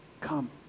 come